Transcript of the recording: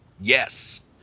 Yes